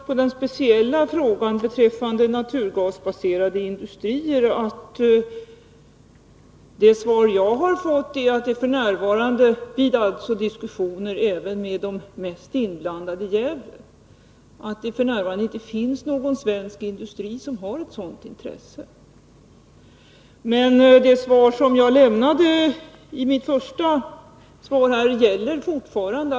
På den speciella frågan beträffande naturgasbaserade industrier vill jag svara att det besked som jag har fått vid diskussioner med de mest inblandade i Gävle är att det f. n. inte finns någon industri som har ett sådant intresse. Det besked som jag gav i mitt första svar gäller fortfarande.